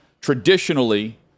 traditionally